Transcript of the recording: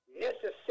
necessary